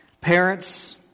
Parents